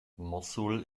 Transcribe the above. mossul